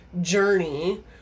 journey